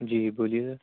جی بولیے سر